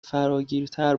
فراگیرتر